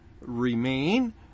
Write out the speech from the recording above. remain